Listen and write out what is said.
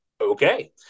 okay